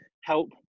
help